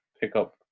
pickup